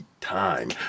time